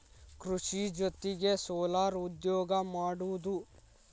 ಕೃಷಿ ಜೊತಿಗೆ ಸೊಲಾರ್ ಉದ್ಯೋಗಾ ಮಾಡುದು